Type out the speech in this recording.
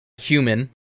human